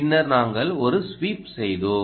பின்னர் நாங்கள் ஒரு ஸ்வீப் செய்தோம்